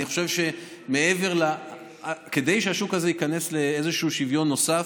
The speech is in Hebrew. אני חושב שכדי שהשוק הזה ייכנס לאיזשהו שוויון נוסף,